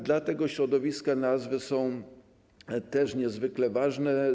Dla tego środowiska nazwy też są niezwykle ważne.